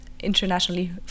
internationally